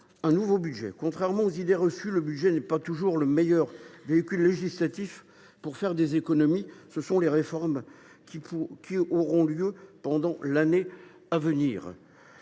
un nouveau budget. Contrairement aux idées reçues, ce texte n’est pas toujours le meilleur véhicule législatif pour réaliser des économies. Ce sont les réformes qui auront lieu pendant l’année à venir